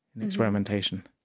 experimentation